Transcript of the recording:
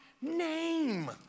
name